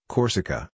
Corsica